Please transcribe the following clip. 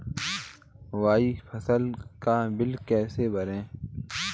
Wi fi का bill कैसे भरें?